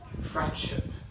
friendship